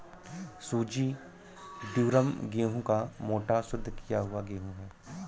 सूजी ड्यूरम गेहूं का मोटा, शुद्ध किया हुआ गेहूं है